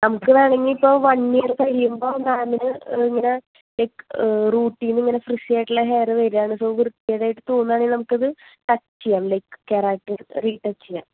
നമുക്ക് വേണമെങ്കിൽ ഇപ്പോൾ വൺ ഇയറ് കഴിയുമ്പോൾ മാംമിന് ഇങ്ങനെ ലൈക്ക് റൂട്ടിൽനിന്ന് ഇങ്ങനെ ഫ്രഷി ആയിട്ടുള്ള ഹെയറ് വരികയാണ് സൊ വൃത്തികേടായിട്ട് തോന്നുകയാണെങ്കിൽ നമുക്കത് ടച്ച് ചെയ്യാം ലൈക്ക് കെരാട്ടിൻ റീ ടച്ച് ചെയ്യാം